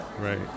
right